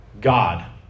God